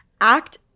act